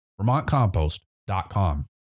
VermontCompost.com